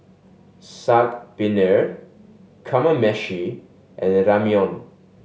Saag Paneer Kamameshi and Ramyeon